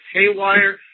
Haywire